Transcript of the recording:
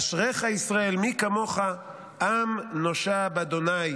אשריך ישראל, מי כמוך נושע ב-ה'.